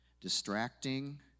Distracting